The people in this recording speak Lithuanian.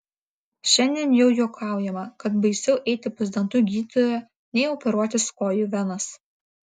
šiandien jau juokaujama kad baisiau eiti pas dantų gydytoją nei operuotis kojų venas